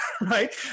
right